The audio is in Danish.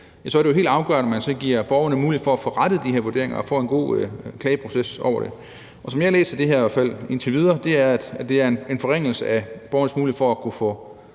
så er det jo helt afgørende, at man så giver borgerne mulighed for at få rettet de her vurderinger og få en god klageproces over det. Som jeg læser det her, i hvert fald indtil videre, er det sådan, at det er en forringelse af borgernes mulighed for at kunne få